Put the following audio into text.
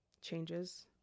changes